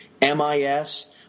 MIS